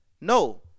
No